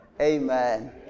Amen